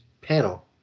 panel